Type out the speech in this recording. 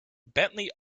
bentley